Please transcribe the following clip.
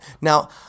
Now